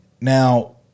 Now